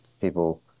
people